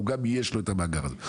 גם יש לו את המאגר הזה.